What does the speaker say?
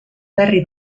berri